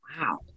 Wow